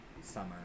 summer